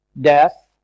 Death